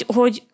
hogy